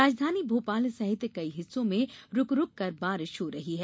राजधानी भोपाल सहित कई हिस्सों में रूक रूक बारिश हो रही है